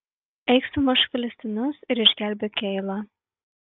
eik sumušk filistinus ir išgelbėk keilą